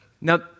Now